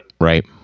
Right